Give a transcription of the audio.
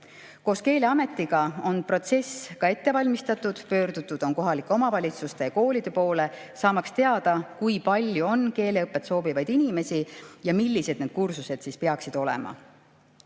Koos Keeleametiga on protsess ka ette valmistatud. Pöördutud on kohalike omavalitsuste ja koolide poole, saamaks teada, kui palju on keeleõpet soovivaid inimesi ja millised need kursused peaksid olema. Ilmar